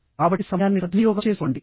కాబట్టి సమయాన్ని సద్వినియోగం చేసుకోండి